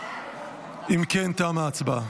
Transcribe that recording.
תמה ההצבעה.